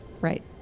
Right